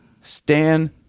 stan